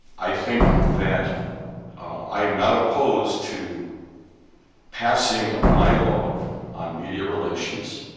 i think that i am not opposed to passing ah bylaw on media relations.